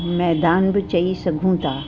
मैदान बि चई सघूं था